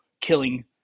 killing